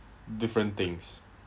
different things